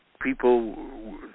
people